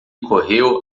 correu